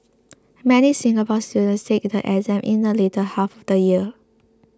many Singapore students take the exam in the later half of the year